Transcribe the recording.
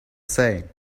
same